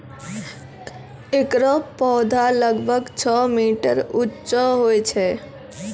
एकरो पौधा लगभग छो मीटर उच्चो होय छै